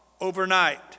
overnight